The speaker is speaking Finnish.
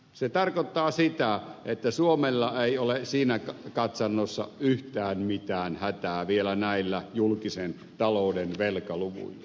se tarkoittaa sitä että suomella ei ole siinä katsannossa yhtään mitään hätää vielä näillä julkisen talouden velkaluvuilla